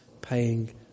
paying